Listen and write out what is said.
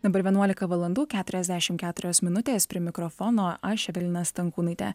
dabar vienuolika valandų keturiasdešimt keturios minutės prie mikrofono aš evelina stankūnaitė